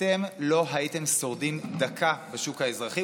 אתם לא הייתם שורדים דקה בשוק האזרחי.